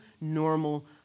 normal